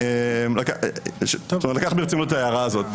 אני לוקח ברצינות את ההערה הזאת.